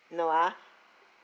no ah